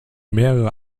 mehrere